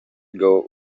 ago